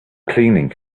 cleaning